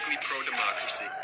pro-democracy